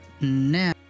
now